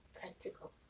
Practical